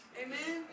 amen